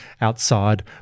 outside